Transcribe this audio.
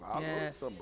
Yes